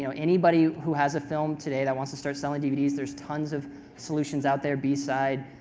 you know anybody who has a film today that wants to start selling dvds, there's tons of solutions out there b-side,